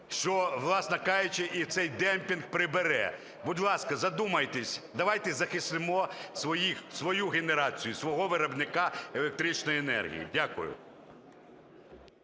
що, власне кажучи, і цей демпінг прибере. Будь ласка, задумайтесь, давайте захистимо свою генерацію, свого виробника електричної енергії. Дякую.